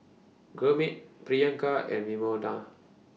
Gurmeet Priyanka and Vinoba